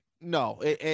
no